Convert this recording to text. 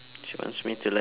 she wants me to like